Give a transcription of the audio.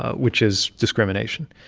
ah which is discrimination.